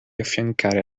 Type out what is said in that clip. affiancare